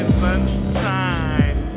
sunshine